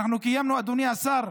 אדוני השר,